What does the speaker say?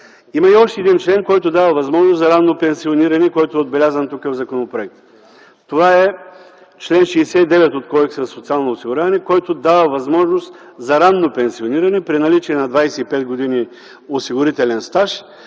Има и още един член, който дава възможност за ранно пенсиониране, който е отбелязан тук в законопроекта. Това е чл. 69 от Кодекса за социално осигуряване, който дава възможност за ранно пенсиониране при наличие на 25 години осигурителен стаж